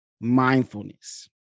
mindfulness